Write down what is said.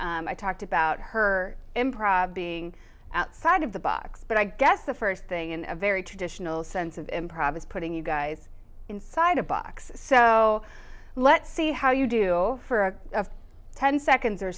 i talked about her improv being outside of the box but i guess the first thing in a very traditional sense of improv is putting you guys inside a box so let's see how you do for ten seconds or